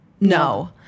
No